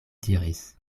diris